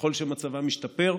ככל שמצבה משתפר,